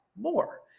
more